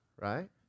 right